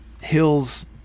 hills